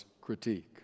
critique